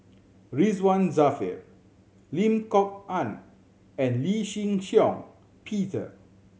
Ridzwan Dzafir Lim Kok Ann and Lee Shih Shiong Peter